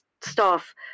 staff